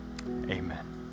amen